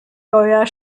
neuer